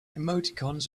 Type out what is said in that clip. emoticons